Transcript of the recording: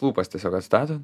lūpas tiesiog atstato